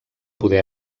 poder